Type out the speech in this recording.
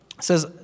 says